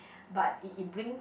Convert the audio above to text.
but it it brings